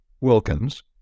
Wilkins